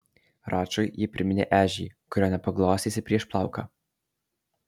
račui ji priminė ežį kurio nepaglostysi prieš plauką